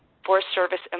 forest service, and